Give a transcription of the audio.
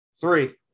Three